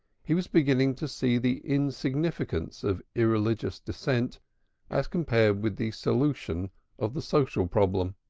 he was beginning to see the insignificance of irreligious dissent as compared with the solution of the social problem,